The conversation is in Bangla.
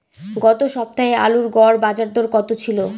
গত সপ্তাহে আলুর গড় বাজারদর কত ছিল?